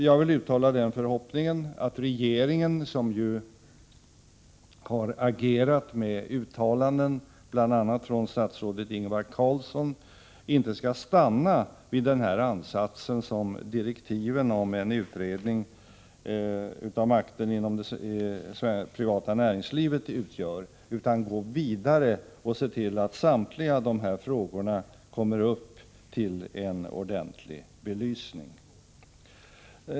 Jag vill uttala den förhoppningen att regeringen — som ju har agerat med uttalanden, bl.a. av statsrådet Ingvar Carlsson — inte skall stanna vid den ansats som direktiven till en utredning av makten inom det privata näringslivet utgör, utan att den går vidare och ser till att samtliga dessa frågor får en ordentlig belysning.